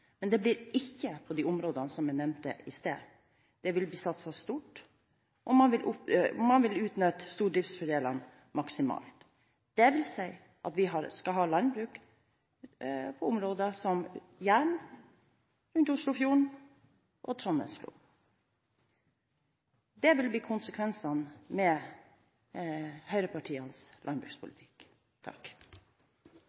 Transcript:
Men det blir ikke i de områdene jeg nevnte i sted. Det vil bli satset stort, og man vil utnytte stordriftsfordelene maksimalt. Det vil si at vi skal ha landbruk i områder som Jæren og rundt Oslofjorden og Trondheimsfjorden. Det vil bli konsekvensene med høyrepartienes